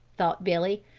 thought billy.